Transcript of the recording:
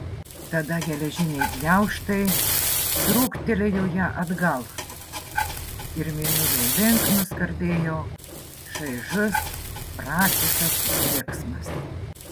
tada geležiniai gniaužtai trūktelėjo ją atgal ir mėnulio link nuskardėjo šaižus pratisas riksmas